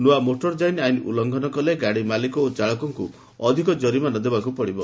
ନୁଆ ମୋଟରଯାନ ଆଇନ ଉଲଘନ କଲେ ଗାଡ଼ି ମାଲିକ ଓ ଚାଳକଙ୍କୁ ଅଧିକ ଜରିମାନ ଦେବାକୁ ପଡ଼ିବ